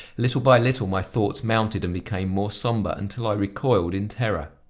little by little, my thoughts mounted and became more somber until i recoiled in terror.